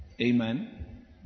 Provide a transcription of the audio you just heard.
Amen